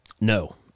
no